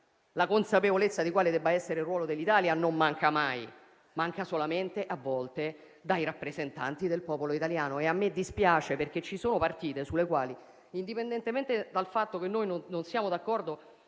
la consapevolezza di quale debba essere il ruolo dell'Italia non manca mai; manca solamente, a volte, da parte dei rappresentanti del popolo italiano e a me dispiace perché ci sono partite sulle quali, indipendentemente dal fatto che noi non siamo d'accordo